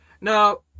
Now